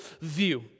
view